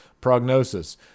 Prognosis